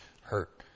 hurt